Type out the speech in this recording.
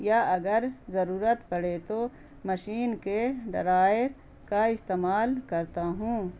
یا اگر ضرورت پڑے تو مشین کے ڈرائر کا استعمال کرتا ہوں